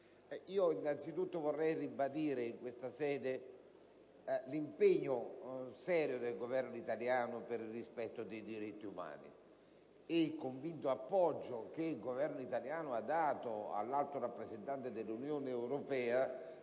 vorrei ribadire in questa sede il serio impegno del Governo italiano per il rispetto dei diritti umani, nonché il convinto appoggio che il nostro Governo ha dato all'Alto rappresentante dell'Unione europea